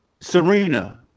Serena